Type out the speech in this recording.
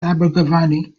abergavenny